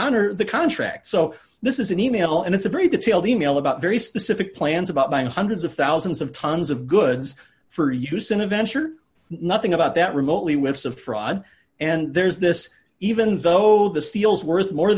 honor the contract so this is an e mail and it's a very detailed email about very specific plans about buying hundreds of thousands of tons of goods for use in a venture nothing about that remotely whiffs of fraud and there's this even though the steals worth more